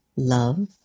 Love